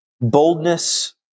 Boldness